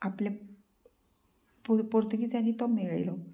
आपलें पूर पोर्तुगिजांनी तो मेळयलो